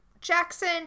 Jackson